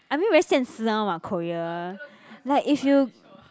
I mean very 显示 one [what] Korea like if you